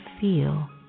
feel